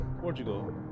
Portugal